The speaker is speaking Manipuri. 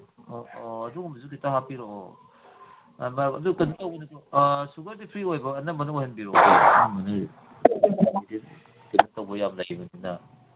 ꯑ ꯑꯥ ꯑꯗꯨꯒꯨꯝꯕꯗꯨꯁꯨ ꯈꯤꯇ ꯍꯥꯞꯄꯤꯔꯛꯑꯣ ꯑꯗꯨ ꯀꯩꯅꯣ ꯇꯧꯕꯗꯤ ꯁꯨꯒꯔꯗꯤ ꯐ꯭ꯔꯤ ꯑꯣꯏꯕ ꯑꯅꯝꯕꯅ ꯑꯣꯏꯍꯟꯕꯤꯔꯛꯎꯀꯣ ꯀꯩꯅꯣ ꯇꯧꯕ ꯌꯥꯝ ꯂꯩꯕꯅꯤꯅ